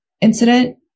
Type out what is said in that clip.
incident